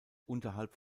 unterhalb